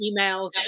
emails